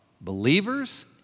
believers